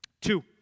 Two